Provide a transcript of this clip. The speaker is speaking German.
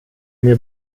mir